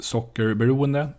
Sockerberoende